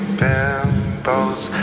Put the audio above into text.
bimbos